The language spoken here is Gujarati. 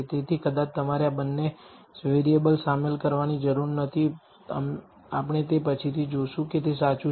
તેથી કદાચ તમારે આ બંને વેરીયેબલ શામેલ કરવાની જરૂર નથી આપણે તે પછીથી જોશું કે તે સાચું છે